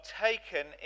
taken